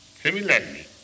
Similarly